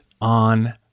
on